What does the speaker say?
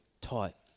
taught